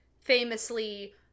famously